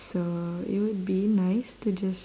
so it would be nice to just